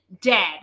Dead